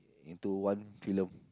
into one film